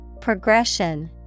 Progression